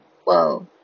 whoa